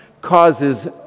causes